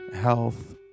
health